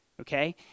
Okay